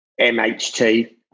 MHT